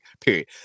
period